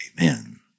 Amen